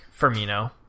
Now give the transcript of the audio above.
Firmino